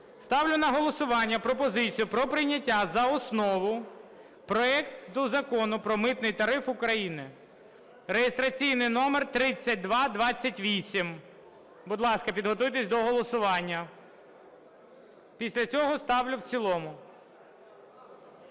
Ставлю на голосування пропозицію про прийняття за основу проекту Закону про Митний тариф України (реєстраційний номер 3228). Будь ласка, підготуйтесь до голосування. Після цього ставлю в цілому.